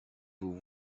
vous